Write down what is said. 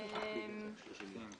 יהודה,